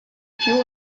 few